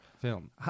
film